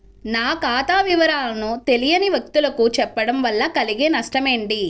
నా ఖాతా వివరాలను తెలియని వ్యక్తులకు చెప్పడం వల్ల కలిగే నష్టమేంటి?